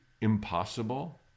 impossible